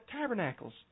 Tabernacles